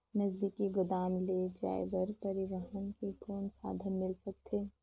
नजदीकी गोदाम ले जाय बर परिवहन के कौन साधन मिल सकथे?